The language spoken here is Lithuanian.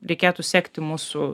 reikėtų sekti mūsų